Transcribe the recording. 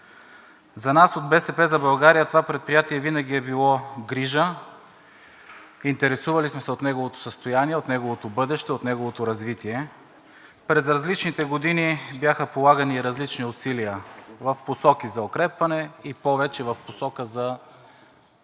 За нас от „БСП за България“ това предприятие винаги е било грижа, интересували сме се от неговото състояние, от неговото бъдеще, от неговото развитие. През различните години бяха полагани различни усилия в посока за укрепване и повече в посока за съсипване